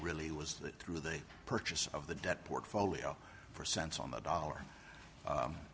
really was that through the purchase of the debt portfolio for cents on the dollar